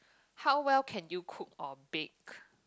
how well can you cook or bake